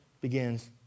begins